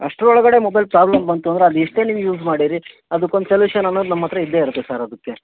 ಅಷ್ಟರೊಳಗಡೆ mobile problem ಬಂತು ಅಂದರೆ ಅದು ಎಷ್ಟೇ ನೀವು ಯೂಸ್ ಮಾಡಿರಿ ಅದಕ್ಕೊಂದು ಸೊಲ್ಯೂಷನ್ ಅನ್ನೋದು ನಮ್ಮ ಹತ್ರ ಇದ್ದೇ ಇರುತ್ತೆ ಸರ್ ಅದಕ್ಕೆ